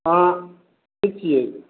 हँ की छियै